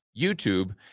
YouTube